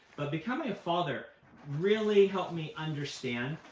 but becoming a father really helped me understand,